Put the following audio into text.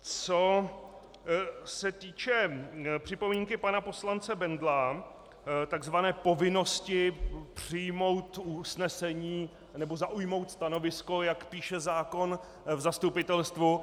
Co se týče připomínky pana poslance Bendla, tzv. povinnosti přijmout usnesení nebo zaujmout stanovisko, jak píše zákon, v zastupitelstvu.